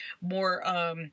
more